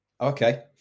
Okay